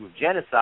genocide